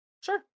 Sure